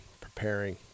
preparing